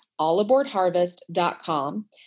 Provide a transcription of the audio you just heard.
allaboardharvest.com